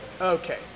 Okay